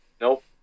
nope